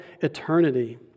eternity